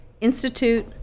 Institute